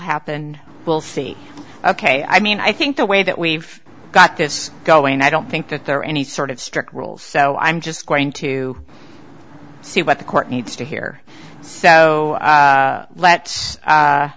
happen we'll see ok i mean i think the way that we've got this go and i don't think that there are any sort of strict rules so i'm just going to see what the court needs to hear so